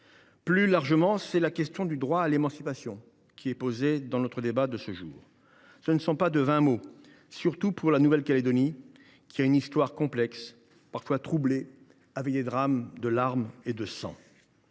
Plus largement, c’est aussi la question du droit à l’émancipation qui nous est posée aujourd’hui. Ce ne sont pas là de vains mots, surtout pour la Nouvelle Calédonie qui a une histoire complexe, parfois troublée, avec des drames faits de larmes et de sang.